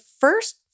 first